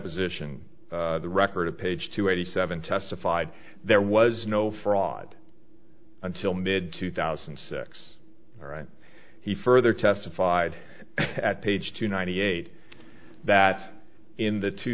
deposition the record of page two eighty seven testified there was no fraud until mid two thousand and six right he further testified at page two ninety eight that in the two